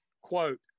Quote